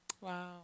Wow